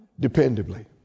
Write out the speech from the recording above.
dependably